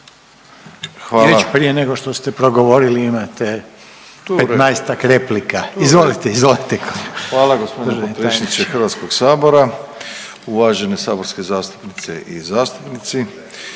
I već prije nego što ste progovorili imate petnaestak replika. Izvolite, izvolite./… Hvala gospodine potpredsjedniče Hrvatskog sabora, uvažene saborske zastupnice i zastupnici.